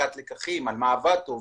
להפקת לקחים מה עבד טוב,